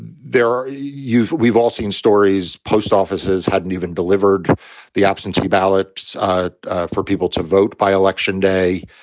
there are you. we've all seen stories. post offices hadn't even delivered the absentee ballot for people to vote by election day.